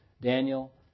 Daniel